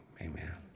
amen